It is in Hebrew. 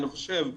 אני חושב,